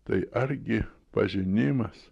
tai argi pažinimas